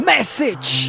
Message